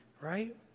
right